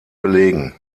belegen